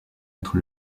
être